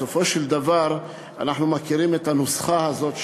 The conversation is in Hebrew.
בסופו של דבר אנחנו מכירים את הנוסחה הזאת,